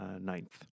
ninth